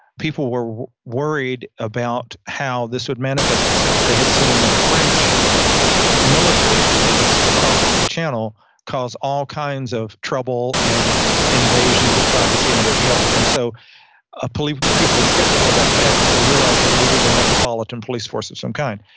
people were worried about how this would manifest itself. they had seen the french military police across the channel, cause all kinds of trouble and invasions of privacy and everything else and so ah people were skeptical about that, but they realized they needed a metropolitan police force of some kind.